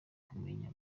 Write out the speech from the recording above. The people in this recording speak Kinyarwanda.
kumenya